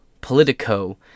Politico